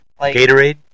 Gatorade